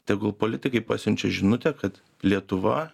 tegul politikai pasiunčia žinutę kad lietuva